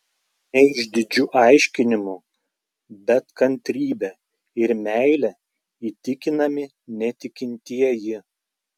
ne išdidžiu aiškinimu bet kantrybe ir meile įtikinami netikintieji